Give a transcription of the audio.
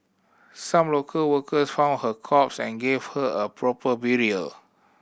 some local workers found her corpse and gave her a proper burial